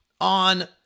on